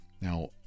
Now